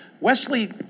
Wesley